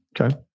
Okay